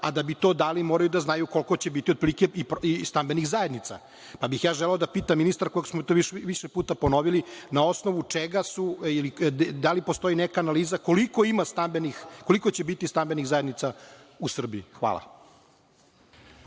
a da bi to dali, moraju da znaju koliko će biti otprilike stambenih zajednica, pa bih želeo da pitam ministarku, iako smo to više puta ponovili, na osnovu čega su i da li postoji analiza koliko će biti stambenih zajednica u Srbiji? Hvala.